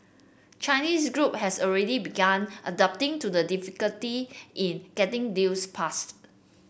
Chinese group have already begun adapting to the difficulty in getting deals passed